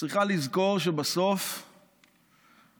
צריכה לזכור שבסוף היא